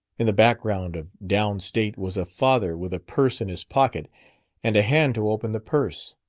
in the background of down state was a father with a purse in his pocket and a hand to open the purse.